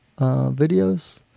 videos